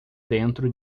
dentro